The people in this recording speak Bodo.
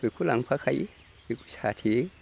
बेखौ लांफा खायो बेखौ साथेयो